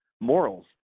morals